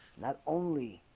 not only